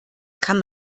kann